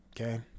okay